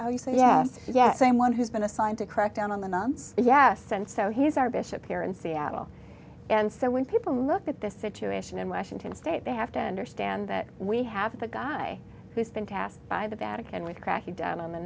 saying yes yes same one who's been assigned to crack down on the nuns yes and so he's our bishop here in seattle and so when people look at this situation in washington state they have to understand that we have the guy who's been tasked by the vatican with cracking down on the